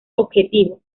objetivo